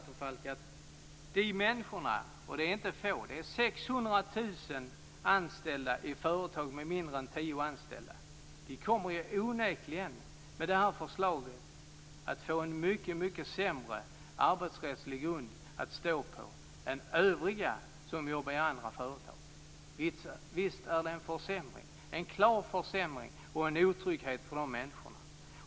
Fru talman! Det finns 600 000 anställda i företag med färre än tio anställda. De kommer med detta förslag att onekligen få en sämre arbetsrättslig grund att stå på än övriga i andra företag. Visst är det en klar försämring och en otrygghet för de människorna.